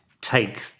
take